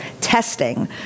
testing